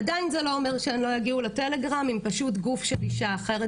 עדיין זה לא אומר שהן לא יגיעו לטלגרם עם פשוט גוף של אישה אחרת